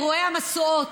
אירועי המשואות,